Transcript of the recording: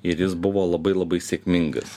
ir jis buvo labai labai sėkmingas